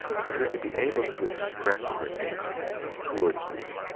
for her to be able to express her hate towards me.